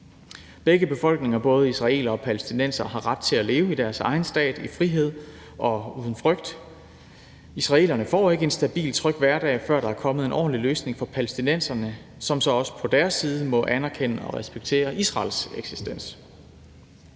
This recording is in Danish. Begge befolkninger, både israelere og palæstinensere, har ret til at leve i deres egen stat i frihed og uden frygt. Israelerne får ikke en stabil og tryg hverdag, før der er kommet en ordentlig løsning for palæstinenserne, som så også på deres side må anerkende og respektere Israels eksistens.